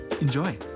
Enjoy